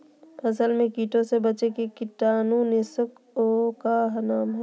फसल में कीटों से बचे के कीटाणु नाशक ओं का नाम?